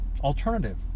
alternative